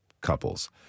couples